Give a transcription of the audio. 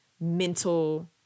mental